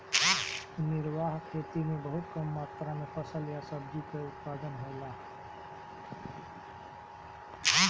निर्वाह खेती में बहुत कम मात्र में फसल या सब्जी कअ उत्पादन होला